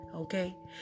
Okay